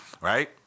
right